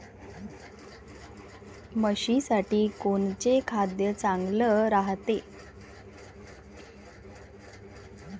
म्हशीसाठी कोनचे खाद्य चांगलं रायते?